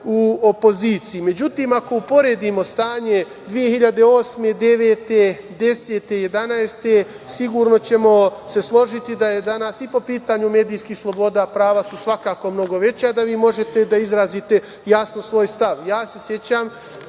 u opoziciji.Međutim, ako uporedimo stanje 2008, 2009, 2010, 2011. godine, sigurno ćemo se složiti da su danas i po pitanju medijskih sloboda prava svakako mnogo veća, da vi možete da izrazite jasno svoj stav. Ja se sećam